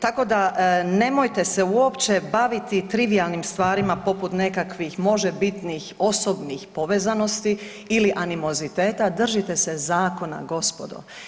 Tako da nemojte se uopće baviti trivijalnim stvarima poput nekakvih možebitnih osobnih povezanosti ili animoziteta, držite se zakona gospodo.